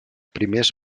primers